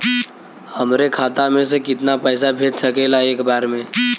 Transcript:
हमरे खाता में से कितना पईसा भेज सकेला एक बार में?